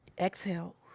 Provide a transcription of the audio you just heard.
Exhale